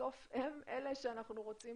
בסוף הם אלה שאנחנו רוצים